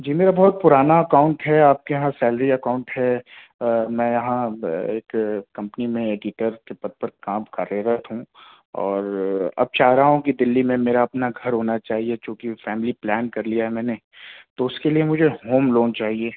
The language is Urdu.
جی میرا بہت پرانا اکاؤنٹ ہے آپ کے یہاں سیلری اکاؤنٹ ہے میں یہاں ایک کمپنی میں ایڈیٹر کے پد پر کاریرت ہوں اور اب چاہ رہا ہوں کہ دہلی میں میرا اپنا گھر ہونا چاہیے چونکہ فیملی پلان کر لیا ہے میں نے تو اس کے لیے مجھے ہوم لون چاہیے